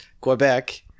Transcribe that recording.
Quebec